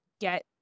get